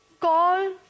call